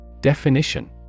Definition